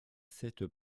cette